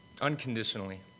unconditionally